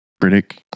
critic